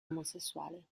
omosessuale